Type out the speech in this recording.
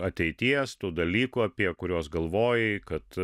ateities tų dalykų apie kuriuos galvojai kad